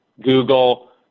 Google